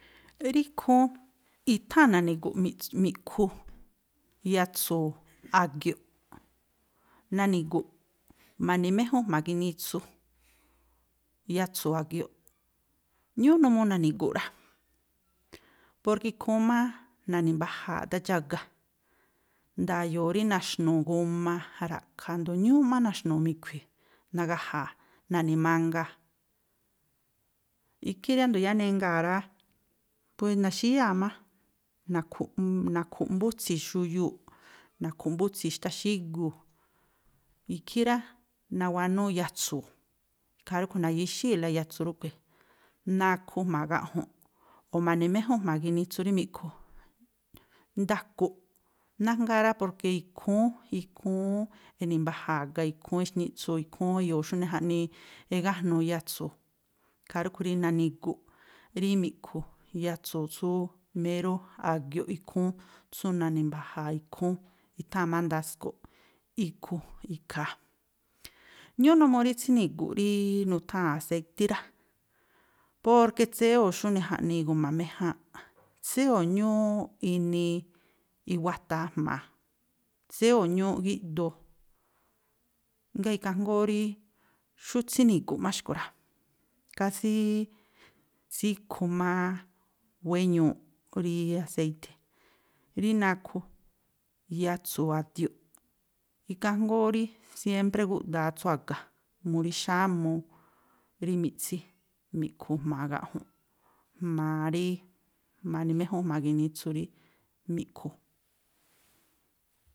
Rí ikhúún, i̱tháa̱n nani̱gu̱ꞌ mi̱ꞌkhu yatsu̱u̱ a̱gioꞌ, nani̱gu̱ꞌ ma̱ni̱méjúꞌ jma̱a ginitsu yatsu̱u̱ a̱gioꞌ. Ñúúꞌ numuu nani̱gu̱ꞌ rá. Porke ikhúún má na̱ni̱mbaja̱a̱ aꞌdá dxága, nda̱yo̱o̱ rí na̱xnu̱u̱ guma, ra̱ꞌkha̱, a̱jndo̱ ñúúꞌ má na̱xnu̱u̱ mi̱khui̱, nagaja̱a̱, na̱ni̱mangaa̱, ikhí riándo̱ yáá nengaa̱ rá, na̱xíyáa̱ má, na̱khu̱ꞌmbútsi̱ xuyuu̱ꞌ, na̱khu̱ꞌmbútsi̱ xtá xíguu̱. Ikhí rá, nawanúú yatsu̱u̱, ikhaa rúꞌkhui̱ na̱gíxíi̱la yatsu̱ rúꞌkhui̱ nakhu jma̱a gaꞌju̱nꞌ, o̱ ma̱ni̱méjúnꞌ jma̱a ginitsu rí mi̱ꞌkhu. Ndaku̱ꞌ, nájngáá rá, porke ikhúún, ikhúún e̱ni̱mbaja̱a̱ a̱ga, ikhúún e̱xníꞌtsuu̱, ikhúún e̱yo̱o̱ xújnii jaꞌnii egájnuu yatsu̱u̱. Ikhaa rúꞌkhui̱ rí nani̱gu̱ꞌ rí mi̱ꞌkhu yatsu̱u̱ tsú mérú a̱gioꞌ ikhúún, tsú na̱ni̱mbaja̱a̱ ikhúún. I̱tháa̱n má ndasko̱ꞌ ikhu ikhaa. ñúúꞌ numuu rí tsíni̱gu̱ꞌ rí nutháa̱n aséítí rá, porke tséyóo̱ xújnii jaꞌnii igu̱ma méjáánꞌ. Tséyóo̱ ñúúꞌ inii iwataa jma̱a. Tséyóo̱ ñúúꞌ gíꞌdoo, ngáa̱ ikhaa jngóó rí xú tsíni̱gu̱ꞌ ma̱ xkui̱ rá. Kásí tsíkhu mááá wéñuuꞌ rí aséi̱ti̱. Rí nakhu, yatsu̱ a̱dioꞌ, ikhaa jngóó rí siémpré gúꞌdaa tsú a̱ga mu rí xámuu rí miꞌtsí miꞌphu jma̱a gaꞌju̱nꞌ. Jma̱a rí ma̱ni̱méjúnꞌ jma̱a ginitsu rí mi̱ꞌkhu.